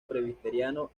presbiteriano